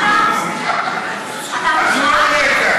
מה אתה, אתה מוטרד?